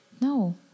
No